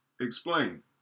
Explain